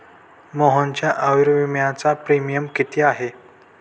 मोहनच्या आयुर्विम्याचा प्रीमियम किती आहे?